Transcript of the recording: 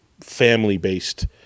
family-based